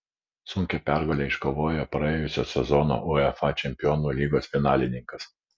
sunkią pergalę iškovojo praėjusio sezono uefa čempionų lygos finalininkas